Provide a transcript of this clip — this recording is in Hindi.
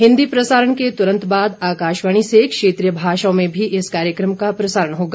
हिन्दी प्रसारण के तुरन्त बाद आकाशवाणी से क्षेत्रीय भाषाओं में भी इस कार्यक्रम का प्रसारण होगा